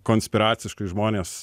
konspiraciškai žmonės